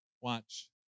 Watch